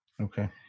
Okay